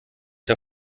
der